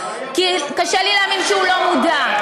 כי קשה לי להאמין שהוא לא מודע.